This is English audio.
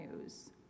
news